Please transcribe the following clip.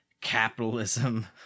capitalism